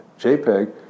JPEG